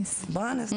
ברנס.